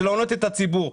זה הונאה של הציבור,